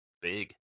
big